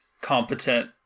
competent